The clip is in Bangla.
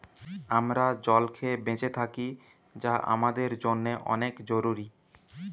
আমরা জল খেয়ে বেঁচে থাকি যা আমাদের জন্যে অনেক জরুরি